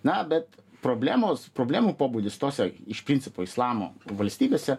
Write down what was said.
na bet problemos problemų pobūdis tose iš principo islamo valstybėse